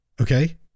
Okay